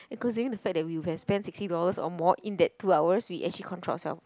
considering the fact that we would have spent sixty dollar or more in that two hours we actually control ourself